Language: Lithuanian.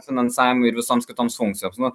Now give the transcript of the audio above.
finansavimui ir visoms kitoms funkcijoms nu